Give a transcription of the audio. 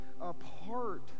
apart